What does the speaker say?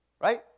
Right